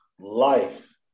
life